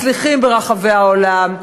מצליחים ברחבי העולם.